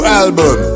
album